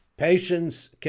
Patience